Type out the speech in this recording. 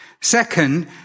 Second